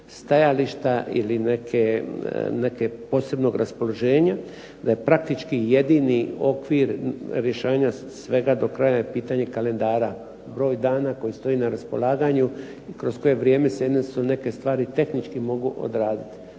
stajališta ili neke posebnog raspoloženja da je praktički jedini okvir rješavanja svega do kraja je pitanje kalendara, broj dana koji stoji na raspolaganju i kroz koje vrijeme …/Govornik se ne razumije./… su neke stvari tehnički mogu odraditi.